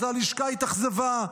אז הלשכה התאכזבה,